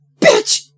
bitch